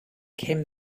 came